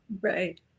Right